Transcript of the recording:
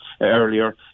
earlier